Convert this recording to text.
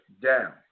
down